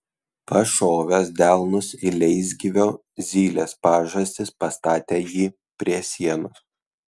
pašovęs delnus į leisgyvio zylės pažastis pastatė jį prie sienos